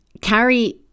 Carrie